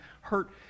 hurt